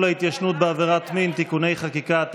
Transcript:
ההתיישנות בעבירות מין (תיקוני חקיקה),